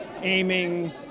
aiming